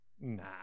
Nah